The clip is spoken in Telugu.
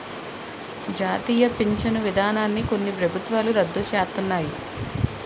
జాతీయ పించను విధానాన్ని కొన్ని ప్రభుత్వాలు రద్దు సేస్తన్నాయి